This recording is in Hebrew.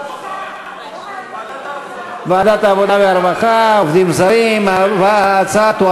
מסתננים ועובדים זרים אחרים מישראל (תיקוני חקיקה),